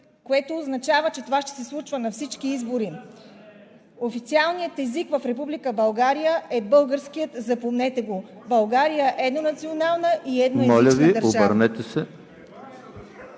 което означава, че това ще се случва на всички избори. Официалният език в Република България е българският. Запомнете го! България е еднонационална и едноетнична държава.